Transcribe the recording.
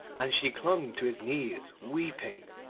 and she clung to his knees weeping.